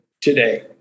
today